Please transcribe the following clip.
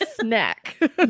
snack